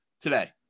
today